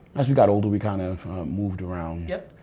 as we got older, we kind of moved around. yep.